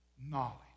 knowledge